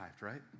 right